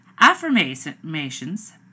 affirmations